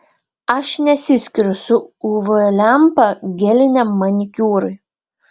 aš nesiskiriu su uv lempa geliniam manikiūrui